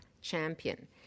champion